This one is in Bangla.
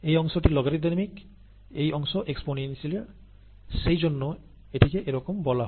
এই অংশটি লোগারিদমিক এই অংশ এক্সপোনেনশিয়াল সেই জন্য এটিকে এরকম বলা হয়